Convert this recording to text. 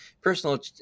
personal